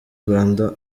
rwanda